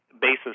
basis